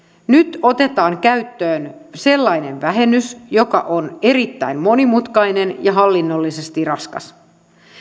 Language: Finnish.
nyt otetaan käyttöön sellainen vähennys joka on erittäin monimutkainen ja hallinnollisesti raskas